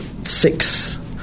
six